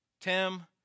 Tim